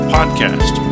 Podcast